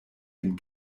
dem